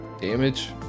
damage